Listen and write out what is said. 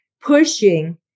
pushing